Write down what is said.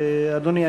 אדוני,